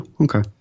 Okay